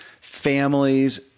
families